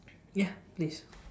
ya please